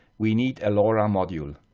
we need a lora module,